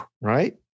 Right